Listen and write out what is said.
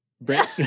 Brent